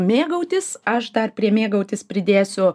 mėgautis aš dar prie mėgautis pridėsiu